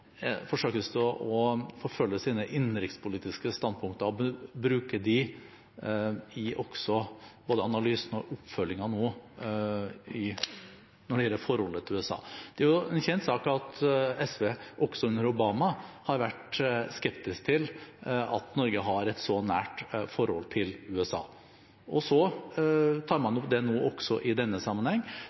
å forfølge sine innenrikspolitiske standpunkter og bruke dem i både analysen og oppfølgingen når det gjelder forholdet til USA. Det er en kjent sak at SV også under Obama har vært skeptisk til at Norge har et så nært forhold til USA, og det tar man opp også nå, i denne sammenheng.